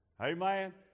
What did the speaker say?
Amen